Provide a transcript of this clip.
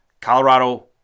Colorado